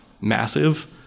massive